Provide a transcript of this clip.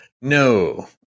No